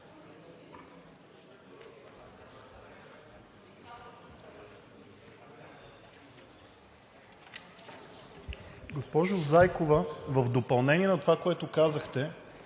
Госпожо Зайкова, в допълнение на това, което казахте,